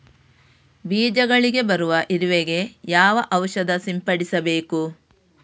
ಬೀಜಗಳಿಗೆ ಬರುವ ಇರುವೆ ಗೆ ಯಾವ ಔಷಧ ಸಿಂಪಡಿಸಬೇಕು?